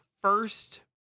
first